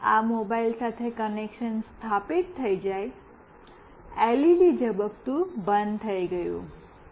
એકવાર આ મોબાઇલ સાથે કનેક્શન સ્થાપિત થઈ જાય એલઇડી ઝબકતું બંધ થઈ ગયું